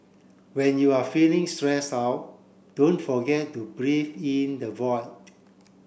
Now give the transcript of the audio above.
when you are feeling stress out don't forget to breathe in the void